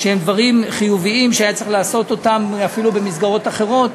שהם דברים חיוביים שהיה צריך לעשות אותם אפילו במסגרות אחרות,